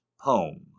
poem